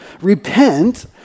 Repent